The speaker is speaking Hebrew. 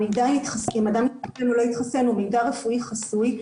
המידע אם אדם התחסן או לא התחסן הוא מידע רפואי חסוי,